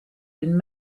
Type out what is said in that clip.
been